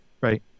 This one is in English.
right